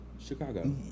Chicago